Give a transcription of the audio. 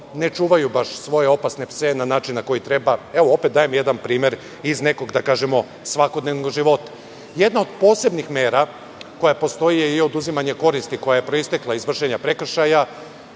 ne čuvaju svoje opasne pse na način koji treba. Evo, opet dajem primer iz nekog, da kažem, svakodnevnog života. Jedna od posebnih mera koja postoje i oduzimanje koristi koja je proistekla iz vršenja prekršaja,